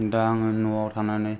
दा आङो न'वाव थानानै